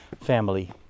family